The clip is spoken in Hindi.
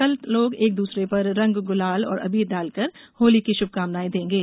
कल लोग एक दूसरे पर रंग गुलाल और अबीर डालकर होली की शुभकामनाएं देंगे